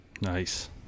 nice